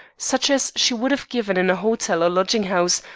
such as she would have given in a hotel or lodging-house,